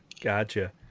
gotcha